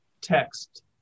text